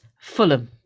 fulham